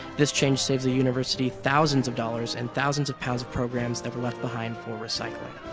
this change saves the university thousands of dollars and thousands of pounds of programs that were left behind for recycling.